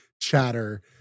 chatter